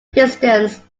distance